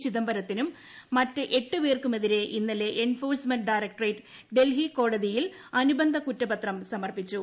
ചിദംബരത്തിനും മറ്റ് എട്ട് പേർക്കുമെതിരെ ഇന്നലെ എൻഫോഴ്സ്മെന്റ് ഡയറക്ടറേറ്റ് ഡൽഹി കോടതിയിൽ അനുബന്ധ കുറ്റപത്രം സമർപ്പിച്ചു